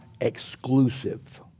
exclusive